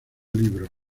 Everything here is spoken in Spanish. libros